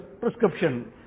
prescription